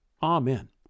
Amen